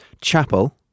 Chapel